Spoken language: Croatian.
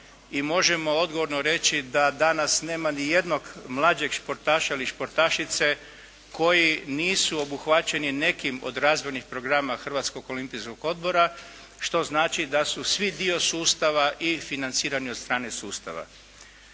možemo odgovorno reći da danas nema nijednog mlađega športaša ili športašice koji nisu obuhvaćeni nekim od razvojnih programa Hrvatskog olimpijskog odbora, što znači da su svi dio sustava i financirani od strane sustava.